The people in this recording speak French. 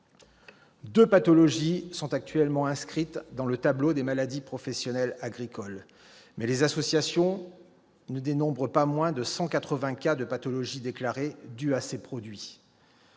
deux pathologies sont actuellement inscrites dans le tableau des maladies professionnelles agricoles, les associations ne dénombrent pas moins de 180 cas de pathologies déclarées dues à ces produits.